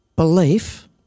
Belief